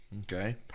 Okay